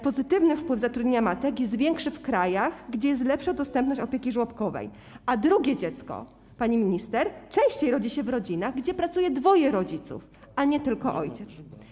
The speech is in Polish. Pozytywny wpływ zatrudnienia matek jest większy w krajach, gdzie jest lepsza dostępność opieki żłobkowej, a drugie dziecko, pani minister, częściej rodzi się w rodzinach, gdzie pracuje dwoje rodziców, a nie tylko ojciec.